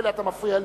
מילא אתה מפריע לי.